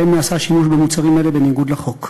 שבהם נעשה שימוש במוצרים אלה בניגוד לחוק.